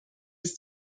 ist